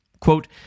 quote